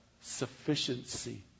sufficiency